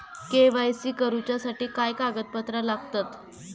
KYC करूच्यासाठी काय कागदपत्रा लागतत?